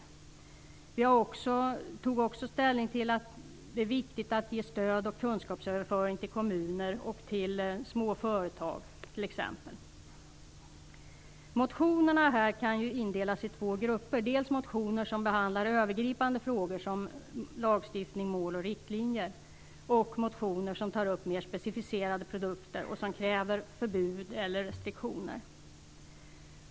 Vi tog också ställning för att det är viktigt att ge stöd och kunskapsöverföring till kommuner och till små företag, t.ex. Motionerna kan indelas i två grupper: dels motioner som behandlar övergripande frågor som lagstiftning, mål och riktlinjer, dels motioner som tar upp mer specificerade produkter och som kräver förbud eller restriktioner.